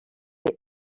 est